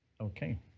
Okay